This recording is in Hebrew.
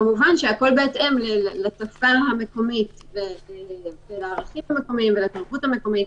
כמובן שהכול בהתאם לערכים המקומיים ולתרבות המקומית.